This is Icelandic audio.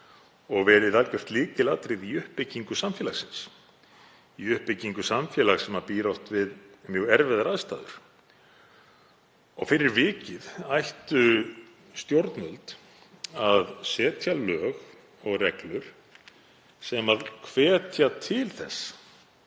og verið algjört lykilatriði í uppbyggingu samfélagsins, í uppbyggingu samfélags sem býr oft við mjög erfiðar aðstæður. Fyrir vikið ættu stjórnvöld að setja lög og reglur sem hvetja til þess